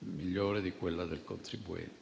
migliore di quella del contribuente.